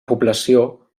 població